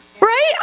Right